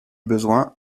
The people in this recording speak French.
besoin